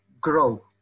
grow